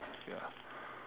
ya